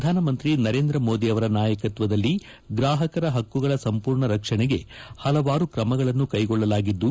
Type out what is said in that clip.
ಶ್ರಧಾನ ಮಂತ್ರಿ ನರೇಂದ್ರ ಮೋದಿ ಅವರ ನಾಯಕತ್ವದಲ್ಲಿ ಗ್ರಾಹಕರ ಪಕ್ಕುಗಳ ಸಂಪೂರ್ಣ ರಕ್ಷಣಗೆ ಹಲವಾರು ಕ್ರಮಗಳನ್ನು ಕ್ಟೆಗೊಳ್ಳಲಾಗಿದ್ದು